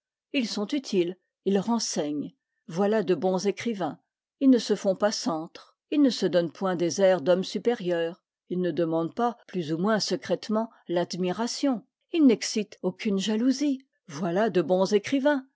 ils sont utiles ils renseignent voilà de bons écrivains ils ne se font pas centre ils ne se donnent point des airs d'hommes supérieurs ils ne demandent pas plus ou moins secrètement l'admiration ils n'excitent aucune jalousie voilà de bons écrivains